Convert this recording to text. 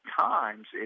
times